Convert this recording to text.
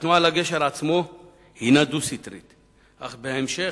התנועה על הגשר עצמו הינה דו-סטרית אך בהמשך